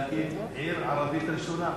להקים עיר ערבית ראשונה,